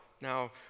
Now